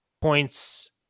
points